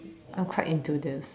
I am quite into this